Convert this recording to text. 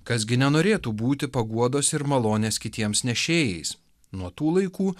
kas gi nenorėtų būti paguodos ir malonės kitiems nešėjais nuo tų laikų